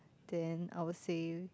then I would say